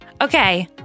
Okay